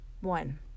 One